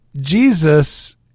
Jesus